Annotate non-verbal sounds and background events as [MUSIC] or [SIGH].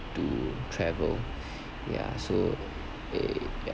to travel [BREATH] yeah so eh yeah